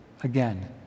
again